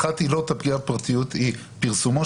אחת העילות בפגיעה בפרטיות היא "פרסומו